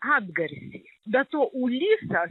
atgarsį be to ulysas